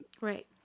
Right